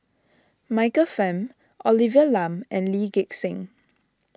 Michael Fam Olivia Lum and Lee Gek Seng